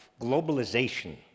globalization